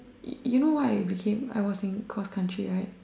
you know why I became I was in cross country right